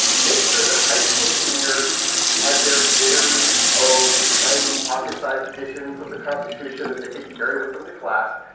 make sure that high school seniors had their very own tiny pocket-sized editions of the constitution that they could carry with them to class.